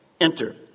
enter